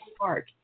Park